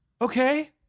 Okay